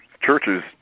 churches